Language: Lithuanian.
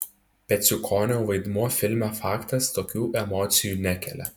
peciukonio vaidmuo filme faktas tokių emocijų nekelia